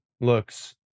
looks